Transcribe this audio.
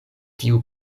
tiu